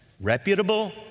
reputable